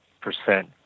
percent